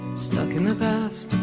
stuck in the past